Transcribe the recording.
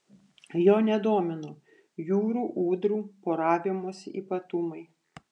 jo nedomino jūrų ūdrų poravimosi ypatumai